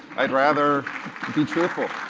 i'd rather be truthful.